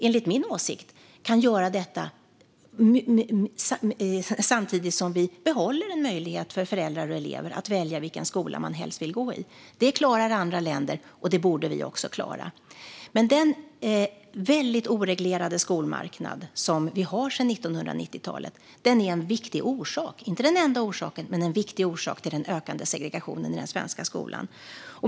Enligt min åsikt kan vi göra detta samtidigt som vi behåller en möjlighet för föräldrar och elever att välja vilken skola de helst vill gå i. Detta klarar andra länder, och det borde vi också klara. Den väldigt oreglerade skolmarknad som vi har sedan 1990-talet är en viktig orsak - inte den enda, men en viktig orsak - till den ökande segregationen i den svenska skolan.